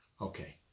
Okay